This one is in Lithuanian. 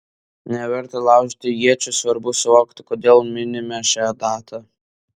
neverta laužyti iečių svarbu suvokti kodėl minime šią datą